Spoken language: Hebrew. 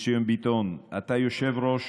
מיסייה ביטון, אתה יושב-ראש